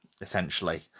essentially